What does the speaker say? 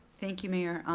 thank you mayor.